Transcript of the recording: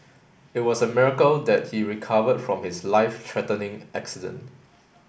it was a miracle that he recovered from his life threatening accident